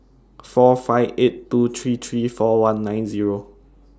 four five eight two three three four one nine Zero